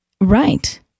Right